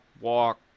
walk